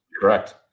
correct